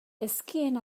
ezkien